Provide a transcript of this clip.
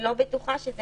אני לא בטוחה שזה